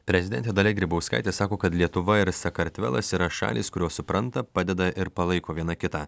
prezidentė dalia grybauskaitė sako kad lietuva ir sakartvelas yra šalys kurios supranta padeda ir palaiko viena kitą